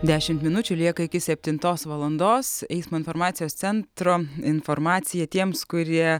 dešimt minučių lieka iki septintos valandos eismo informacijos centro informacija tiems kurie